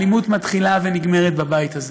האלימות מתחילה ונגמרת בבית הזה.